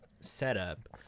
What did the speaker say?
setup